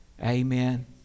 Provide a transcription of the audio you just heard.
Amen